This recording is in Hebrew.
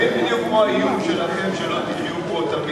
מבין בדיוק כמו האיום שלכם שלא תחיו פה תמיד,